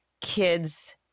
kids